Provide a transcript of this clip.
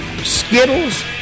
Skittles